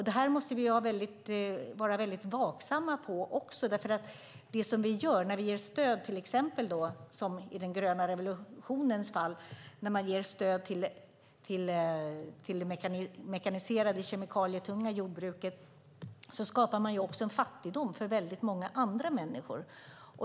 Detta måste vi vara väldigt vaksamma på, därför att det vi gör när vi ger stöd till exempel som i den gröna revolutionens fall till det mekaniserade kemikalietunga jordbruket är också att skapa fattigdom för väldigt många andra människor.